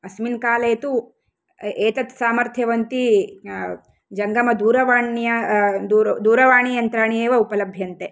अस्मिन् काले तु एतत् सामर्थ्यवन्ती जङ्गमदूरवाण्या दूरवाणीयन्त्राणि एव उपलभ्यन्ते